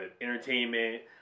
entertainment